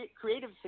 Creative